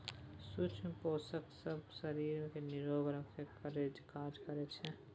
सुक्ष्म पोषक सब शरीर केँ निरोग राखय केर काज करइ छै